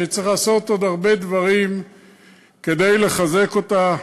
שצריך לעשות עוד הרבה דברים כדי לחזק אותה.